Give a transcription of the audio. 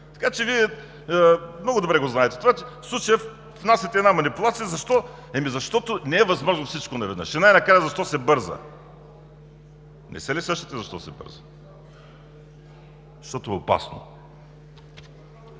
Това Вие много добре го знаете, но в случая внасяте една манипулация. Защо? Защото не е възможно всичко наведнъж. И най-накрая, защо се бърза? Не се ли сещате защо се бърза? Защото е опасно.